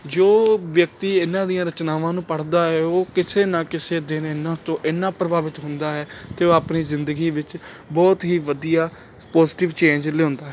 ਜੋ ਵਿਅਕਤੀ ਇਹਨਾਂ ਦੀਆਂ ਰਚਨਾਵਾਂ ਨੂੰ ਪੜ੍ਹਦਾ ਹੈ ਉਹ ਕਿਸੇ ਨਾ ਕਿਸੇ ਦਿਨ ਇਹਨਾਂ ਤੋਂ ਇੰਨਾ ਪ੍ਰਭਾਵਿਤ ਹੁੰਦਾ ਹੈ ਅਤੇ ਉਹ ਆਪਣੀ ਜ਼ਿੰਦਗੀ ਵਿੱਚ ਬਹੁਤ ਹੀ ਵਧੀਆ ਪੋਜਟਿਵ ਚੇਂਜ ਲਿਆਉਂਦਾ ਹੈ